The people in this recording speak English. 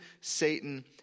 Satan